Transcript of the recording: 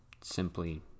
simply